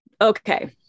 okay